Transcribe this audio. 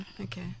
okay